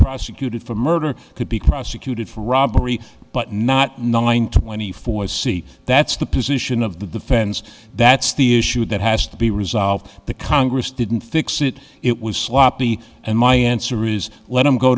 prosecuted for murder could be prosecuted for robbery but not knowing twenty four c that's the position of the defense that's the issue that has to be resolved the congress didn't fix it it was sloppy and my answer is let him go